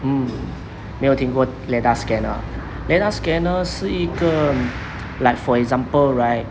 mm 没有听过 LiDAR scanner ah LiDAR scanner 是一个 like for example right